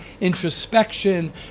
introspection